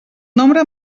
nombre